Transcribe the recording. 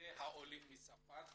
לגבי העולים מצרפת,